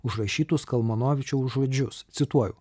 užrašytus kalmanovičiaus žodžius cituoju